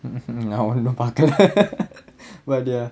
mm hmm நா ஒன்னும் பாக்கல:naa onnum paakkala